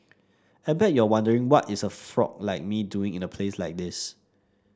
I bet you're wondering what is a frog like me doing in a place like this